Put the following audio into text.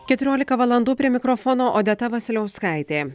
keturiolika valandų prie mikrofono odeta vasiliauskaitė